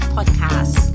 Podcast